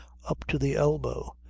up to the elbow,